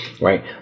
right